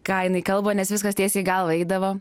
ką jinai kalba nes viskas tiesiai į galvą eidavo